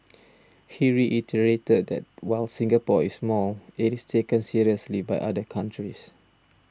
he reiterated that while Singapore is small it is taken seriously by other countries